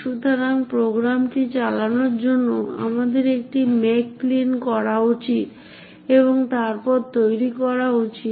সুতরাং প্রোগ্রামটি চালানোর জন্য আমাদের একটি মেক ক্লিন করা উচিত এবং তারপরে তৈরি করা উচিত